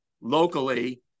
locally